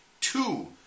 two